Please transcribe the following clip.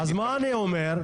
אז מה אני אומר?